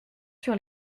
sur